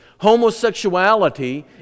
Homosexuality